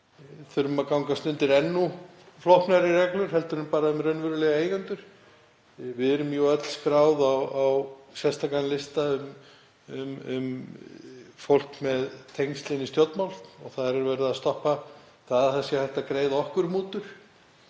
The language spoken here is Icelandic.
þurfum að gangast undir enn flóknari reglur en bara um raunverulega eigendur. Við erum jú öll skráð á sérstakan lista um fólk með tengsl inn í stjórnmál og þar er verið að stoppa það að hægt sé að greiða okkur mútur.